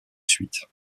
suite